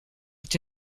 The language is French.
est